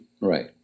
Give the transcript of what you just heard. Right